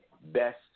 best